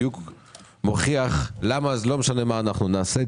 מוכיח בדיוק שלא משנה מה נעשה,